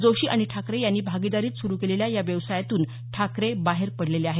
जोशी आणि ठाकरे यांनी भागीदारीत सुरू केलेल्या या व्यवसायातून ठाकरे बाहेर पडलेले आहेत